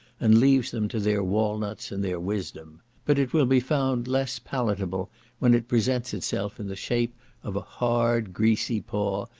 and leaves them to their walnuts and their wisdom but it will be found less palatable when it presents itself in the shape of a hard, greasy paw,